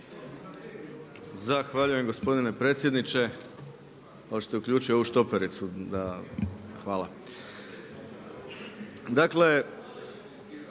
Hvala